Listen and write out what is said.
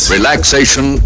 Relaxation